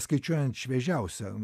skaičiuojant šviežiausią